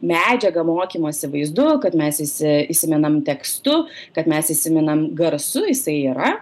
medžiagą mokymosi vaizdu kad mes įsi įsimenam tekstu kad mes įsimenam garsu jisai yra